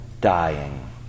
dying